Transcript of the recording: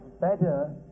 better